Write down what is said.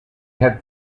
had